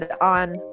on